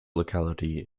locality